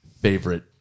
favorite